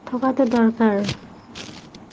থকাটো দৰকাৰ